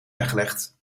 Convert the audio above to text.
weggelegd